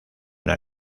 una